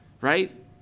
right